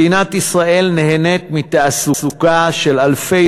מדינת ישראל נהנית מתעסוקה של אלפי